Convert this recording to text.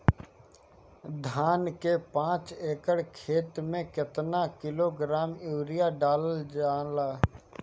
धान के पाँच एकड़ खेती में केतना किलोग्राम यूरिया डालल जाला?